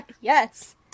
yes